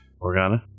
Organa